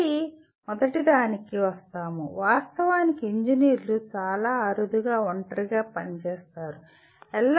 మళ్ళీ మొదటిదానికి వస్తాము వాస్తవానికి ఇంజనీర్లు చాలా అరుదుగా ఒంటరిగా పనిచేస్తారు